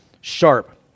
sharp